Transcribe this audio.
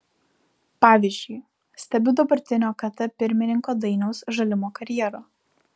pavyzdžiui stebiu dabartinio kt pirmininko dainiaus žalimo karjerą